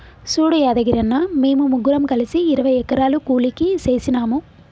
సూడు యాదగిరన్న, మేము ముగ్గురం కలిసి ఇరవై ఎకరాలు కూలికి సేసినాము